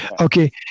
Okay